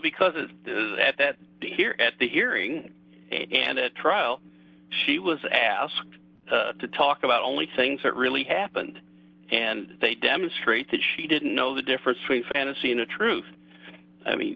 because it's at that here at the hearing and at trial she was asked to talk about only things that really happened and they demonstrated she didn't know the difference between fantasy and the truth i mean